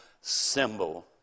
symbol